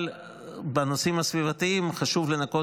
אבל בנושאים הסביבתיים חשוב לנקות